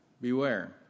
Beware